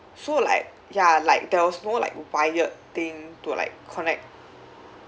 so like ya like there was no like wired thing to like connect